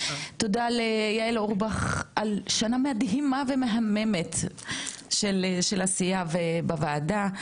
תודה ליעל אורבך על שנה מדהימה ומהממת של עשייה בוועדה,